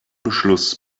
beschluss